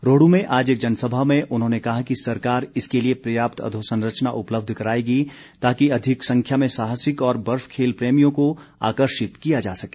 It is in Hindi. रोहडू में आज एक जनसभा में उन्होंने कहा कि सरकार इसके लिए पर्याप्त अधोसंरचना उपलबध कराएगी ताकि अधिक संख्या में साहसिक और बर्फ खेल प्रेमियों को आकर्षित किया जा सके